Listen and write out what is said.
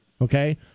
okay